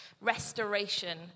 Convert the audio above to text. restoration